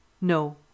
No